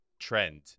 trend